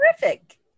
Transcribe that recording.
terrific